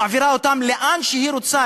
מעבירה אותם לאן שהיא רוצה,